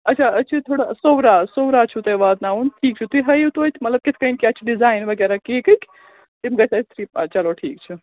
اچھا أسۍ چھِ تھوڑا صورہ صورہ چھُو تۄہہِ واتناوُن ٹھیٖک چھُ تُہۍ ہٲیِو تویتہِ مطلب کِتھ کَنۍ کیٛاہ چھِ ڈِزایِن وغیرہ کیکٕکۍ تِم گژھِ اَسہِ تھرٛی آ چلو ٹھیٖک چھُ